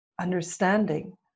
understanding